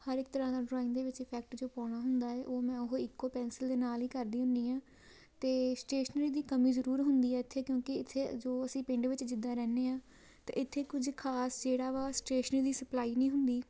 ਹਰ ਇੱਕ ਤਰ੍ਹਾਂ ਦਾ ਡਰੋਇੰਗ ਦੇ ਵਿੱਚ ਇਫੈਕਟ ਜੋ ਪਾਉਣਾ ਹੁੰਦਾ ਹੈ ਉਹ ਮੈਂ ਉਹ ਇੱਕ ਪੈਨਸਿਲ ਦੇ ਨਾਲ ਹੀ ਕਰਦੀ ਹੁੰਦੀ ਹਾਂ ਅਤੇ ਸਟੇਸ਼ਨਰੀ ਦੀ ਕਮੀ ਜ਼ਰੂਰ ਹੁੰਦੀ ਹੈ ਇੱਥੇ ਕਿਉਂਕਿ ਇੱਥੇ ਜੋ ਅਸੀਂ ਪਿੰਡ ਵਿੱਚ ਜਿੱਦਾਂ ਰਹਿੰਦੇ ਹਾਂ ਤਾਂ ਇੱਥੇ ਕੁਝ ਖਾਸ ਜਿਹੜਾ ਵਾ ਸਟੇਸ਼ਨਰੀ ਦੀ ਸਪਲਾਈ ਨਹੀਂ ਹੁੰਦੀ